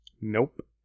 Nope